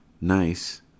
nice